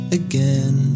again